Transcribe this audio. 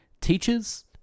teachers